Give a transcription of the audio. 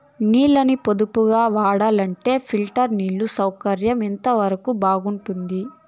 నీళ్ళ ని పొదుపుగా వాడాలంటే స్ప్రింక్లర్లు నీళ్లు సౌకర్యం ఎంతవరకు బాగుంటుంది?